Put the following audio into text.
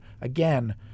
again